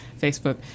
Facebook